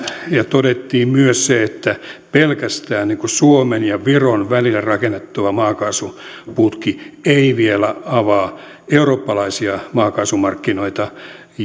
todettiin myös se että pelkästään suomen ja viron välille rakennettava maakaasuputki ei vielä avaa eurooppalaisia maakaasumarkkinoita